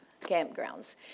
campgrounds